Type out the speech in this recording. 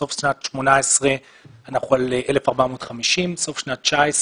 בסוף שנת 2018 אנחנו על 1,450. בסוף שנת 2019,